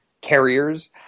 carriers